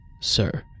sir